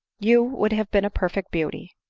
you would have been a perfect beauty.